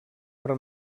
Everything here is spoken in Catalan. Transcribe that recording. per